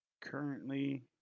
currently